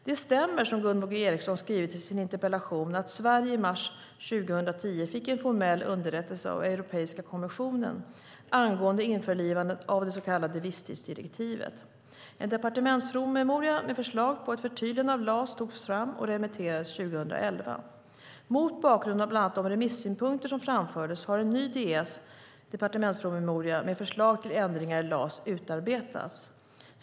Det som Gunvor G Ericson har skrivit i sin interpellation stämmer: Sverige fick i mars 2010 en formell underrättelse av Europeiska kommissionen angående införlivandet av det så kallade visstidsdirektivet. En departementspromemoria med förslag på ett förtydligande av LAS togs fram och remitterades 2011. Mot bakgrund av bland annat de remissynpunkter som framfördes har en ny departementspromemoria med förslag till ändringar i LAS utarbetats.